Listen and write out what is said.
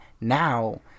now